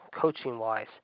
coaching-wise